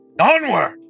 Onward